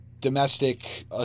domestic